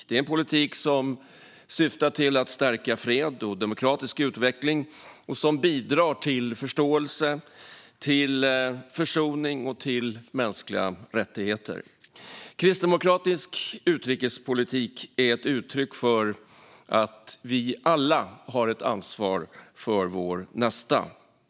Det är en politik som syftar till att stärka fred och demokratisk utveckling och som bidrar till förståelse, försoning och mänskliga rättigheter. Kristdemokratisk utrikespolitik är ett uttryck för att vi alla har ett ansvar för vår nästa.